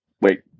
wait